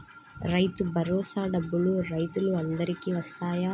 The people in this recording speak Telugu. రైతు భరోసా డబ్బులు రైతులు అందరికి వస్తాయా?